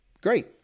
great